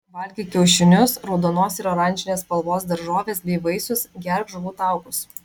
valgyk kiaušinius raudonos ir oranžinės spalvos daržoves bei vaisius gerk žuvų taukus